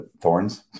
thorns